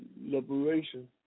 liberation